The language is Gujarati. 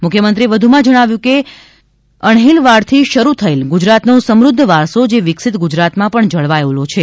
મુખ્યમંત્રીશ્રીએ વધુમાં જણાવ્યું કે અણહિલવાડથી શરૂ થયેલ ગુજરાતનો સમૃદ્ધ વારસો જે વિકસીત ગુજરાતમાં પણ જળવાયો છે